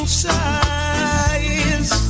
sighs